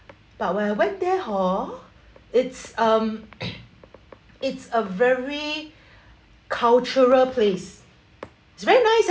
but when I went there hor it's um it's a very cultural place it's very nice